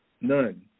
None